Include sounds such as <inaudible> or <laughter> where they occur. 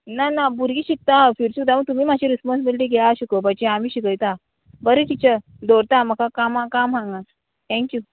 ना ना भुरगीं शिकता <unintelligible> सुद्दां हांव तुमी मातशी रिस्पोन्सिबिलिटी घेया शिकोवपाची आमी शिकयता बरें टिचर दवरता म्हाका कामां काम हांगा थँक्यू